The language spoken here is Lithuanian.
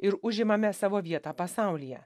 ir užimame savo vietą pasaulyje